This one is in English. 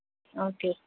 okay